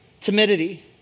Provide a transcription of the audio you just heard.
timidity